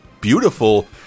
beautiful